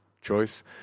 choice